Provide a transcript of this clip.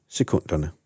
sekunderne